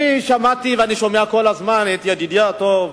שמעתי ואני שומע כל הזמן את ידידי הטוב,